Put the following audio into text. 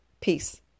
Peace